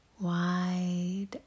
Wide